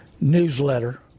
newsletter